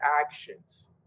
actions